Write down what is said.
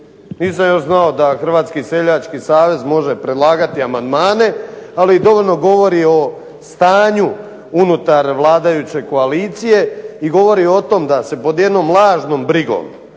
Nisam još znao da Hrvatski seljački savez može predlagati amandmane, ali dovoljno govori o stanju unutar vladajuće koalicije i govori o tom da se pod jednom lažnom brigom